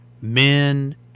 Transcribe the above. men